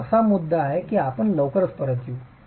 तर तो मुद्दा असा आहे की आपण लवकरच परत येऊ